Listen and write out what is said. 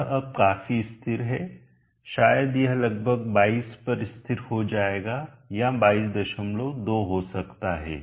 यह अब काफी स्थिर है शायद यह लगभग 22 पर स्थिर हो जाएगा या 222 हो सकता है